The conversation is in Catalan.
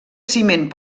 ciment